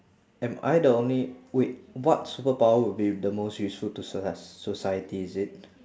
am I the only wait what superpower would be the most useful to socie~ society is it